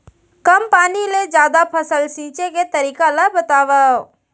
कम पानी ले जादा फसल सींचे के तरीका ला बतावव?